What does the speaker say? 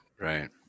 Right